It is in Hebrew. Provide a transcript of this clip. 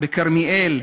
בכרמיאל,